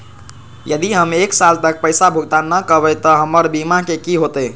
यदि हम एक साल तक पैसा भुगतान न कवै त हमर बीमा के की होतै?